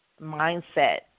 mindset